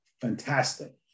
Fantastic